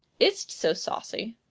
is t so saucy?